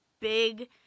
big